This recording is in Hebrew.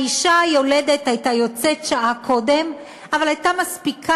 האישה היולדת הייתה יוצאת שעה קודם אבל הייתה מספיקה